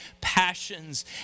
passions